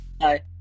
Hi